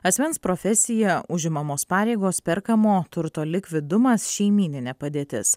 asmens profesija užimamos pareigos perkamo turto likvidumas šeimyninė padėtis